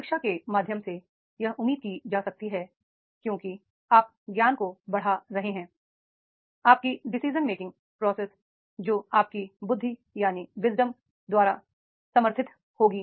शिक्षा के माध्यम से यह उम्मीद की जाती है क्योंकि आप ज्ञान को बढ़ा रहे हैं आपकी डिसीजन मे किंग प्रोसेस जो आपकी बुद्धि द्वारा समर्थित होगी